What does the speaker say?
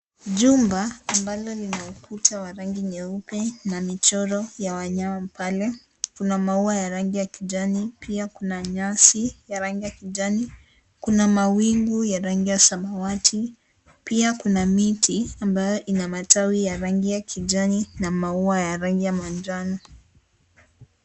Jumba ambalo lina ukuta wa rangi nyeupe na michoro ya wanyama pale kuna maua ya rangi ya kijani pia kuna nyasi ya rangi ya kijani . Kuna mawingu ya rangi ya samawati pia kuna miti ambayo ina matawi ya rangi ya kijani na maua ya rangi ya manjano.